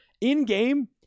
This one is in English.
In-game